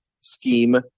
scheme